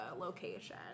location